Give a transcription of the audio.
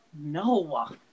No